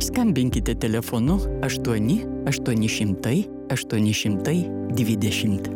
skambinkite telefonu aštuoni aštuoni šimtai aštuoni šimtai dvidešimt